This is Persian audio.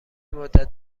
مدت